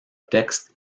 texte